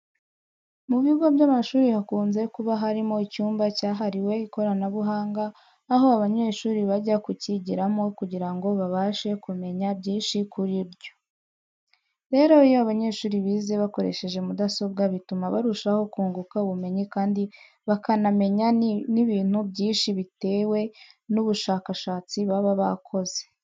Mu bigo by'amashuri hakunze kuba harimo icyumba cyahariwe ikoranabuhanga aho abanyeshuri bajya kucyigiramo kugira ngo babashe kumenya byinshi kuri ryo. Rero iyo abanyeshuri bize bakoresha mudasobwa bituma barushaho kunguka ubumenyi kandi bakanamenya n'ibintu byinshi bitewe n'ubushakashatsi baba bakoze.